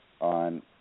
on